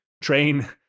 train